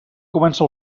comença